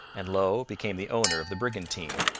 and low became the owner of the brigantine.